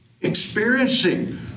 Experiencing